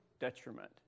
detriment